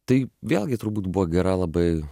tai vėlgi turbūt buvo gera labai